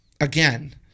Again